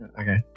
Okay